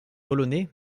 polonais